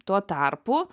tuo tarpu